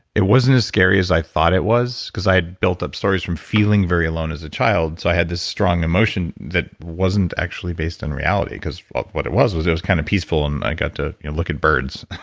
it wasn't as scary as i thought it was because i had built up stories from feeling very alone as a child, so i had this strong emotion that wasn't actually based on reality because what it was was it was kind of peaceful and i got to look at birds.